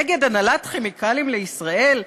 נגד הנהלת "כימיקלים לישראל",